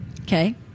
okay